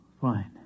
Fine